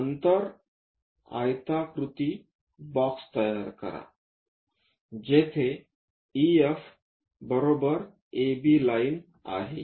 नंतर एक आयताकृती बॉक्स तयार करा जेथे EF बरोबर AB लाइन आहे